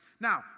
Now